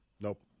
Nope